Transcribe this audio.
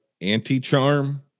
anti-charm